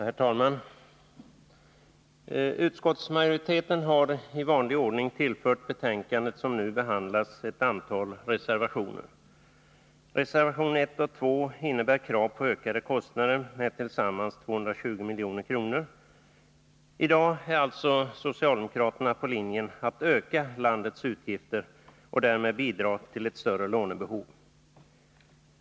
Herr talman! Utskottsminoriteten har, i vanlig ordning, tillfört det betänkande som nu behandlas ett antal reservationer. Reservationerna 1 och 2 innebär krav på ökade kostnader med tillsammans 220 milj.kr. I dag följer alltså socialdemokraterna den linjen att man skall öka landets utgifter och därmed bidra till ett större lånebehov.